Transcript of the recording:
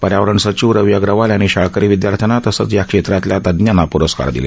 पर्यावरण सचिव रवी अग्रवाल यांनी शाळकरी विद्यार्थ्यांना तसंच या क्षेत्रातल्या तज्ञांना प्रस्कार दिले